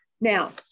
Now